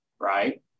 right